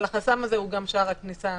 אבל החסם הזה הוא גם שער הכניסה האמיתי.